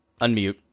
unmute